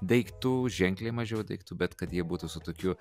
daiktų ženkliai mažiau daiktų bet kad jie būtų su tokiu